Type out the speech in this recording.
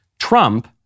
Trump